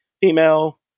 female